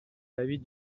l’avis